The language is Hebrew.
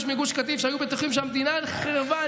מגוש קטיף שהיו בטוחים שהמדינה נחרבה,